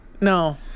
No